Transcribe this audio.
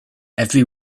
every